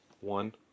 One